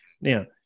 Now